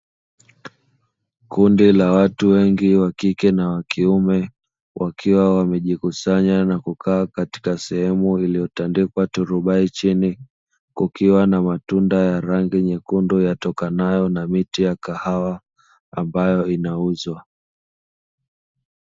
Kundi la watu wengi wa kike na wa kiume wakiwa wamejikusanya na kukaa katika sehemu iliyotandikwa turubai chini, kukiwa na matunda ya rangi nyekundu yatokanayo na miti ya kahawa ambayo inauzwa.